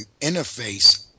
interface